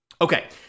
Okay